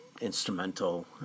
instrumental